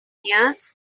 dears